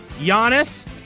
Giannis